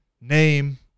name